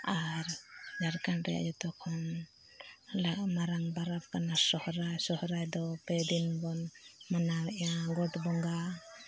ᱟᱨ ᱡᱷᱟᱲᱠᱷᱚᱸᱰ ᱨᱮᱭᱟᱜ ᱡᱚᱛᱚ ᱠᱷᱚᱱ ᱢᱟᱨᱟᱝ ᱯᱚᱨᱚᱵᱽ ᱠᱟᱱᱟ ᱥᱚᱦᱨᱟᱭ ᱥᱚᱦᱨᱟᱭ ᱫᱚ ᱯᱮ ᱫᱤᱱ ᱵᱚᱱ ᱢᱟᱱᱟᱣ ᱮᱫᱼᱟ ᱜᱚᱴ ᱵᱚᱸᱜᱟ